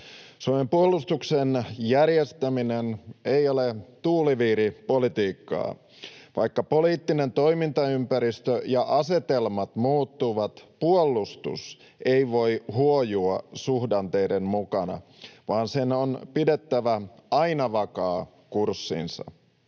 Suomen puolustuksen järjestäminen ei ole tuuliviiripolitiikkaa. Vaikka poliittinen toimintaympäristö ja asetelmat muuttuvat, puolustus ei voi huojua suhdanteiden mukana vaan sen on pidettävä aina vakaa kurssinsa.